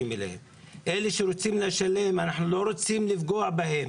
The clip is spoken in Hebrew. אלה שרוצים לשלם, אנחנו לא רוצים לפגוע בהם